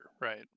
right